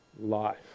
life